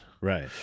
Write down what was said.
Right